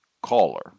caller